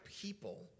people